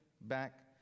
back